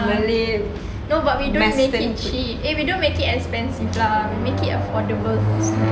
no but we don't make it cheap eh we don't make it expensive lah make it affordable cause